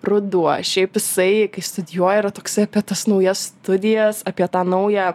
ruduo šiaip jisai kai studijuoji yra toksai apie tas naujas studijas apie tą naują